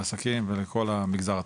לעסקים ולכל המגזר הציבורי.